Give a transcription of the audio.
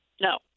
No